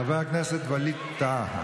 חבר הכנסת ווליד טאהא.